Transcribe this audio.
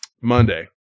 Monday